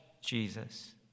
Jesus